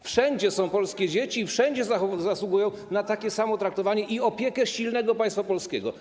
Wszędzie są polskie dzieci i wszędzie zasługują na takie samo traktowanie i opiekę silnego państwa polskiego.